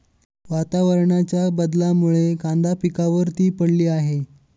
वातावरणाच्या बदलामुळे कांदा पिकावर ती पडली आहे